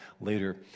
later